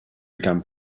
began